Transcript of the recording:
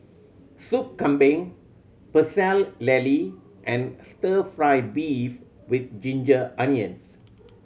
Sop Kambing Pecel Lele and Stir Fry beef with ginger onions